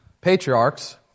patriarchs